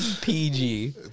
PG